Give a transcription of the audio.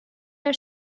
her